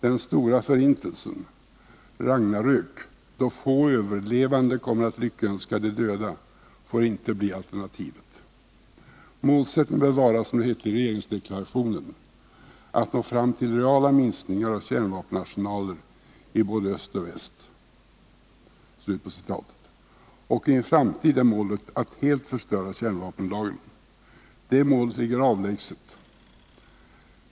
Den stora förintelsen, Ragnarök, då få överlevande kommer att lyckönska de döda, får inte bli alternativet. Målsättningen bör vara, som det heter i regeringsdeklarationen ”att nå fram till reala minskningar av kärnvapenarsenaler i både öst och väst”. Och i en framtid är målet att helt förstöra kärnvapenlagren. Det målet ligger avlägset.